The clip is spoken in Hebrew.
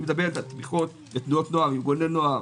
היא מדברת על תמיכות בתנועות נוער, ארגוני נוער.